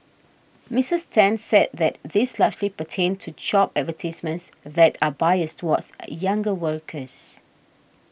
Missus Ten said that these largely pertained to job advertisements that are biased towards younger workers